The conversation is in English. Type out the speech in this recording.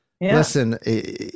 listen